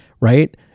right